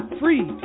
free